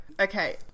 Okay